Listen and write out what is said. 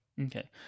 Okay